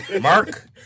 Mark